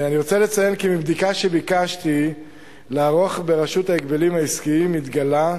אני רוצה לציין כי מבדיקה שביקשתי לערוך ברשות ההגבלים העסקיים התגלה,